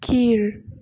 கீழ்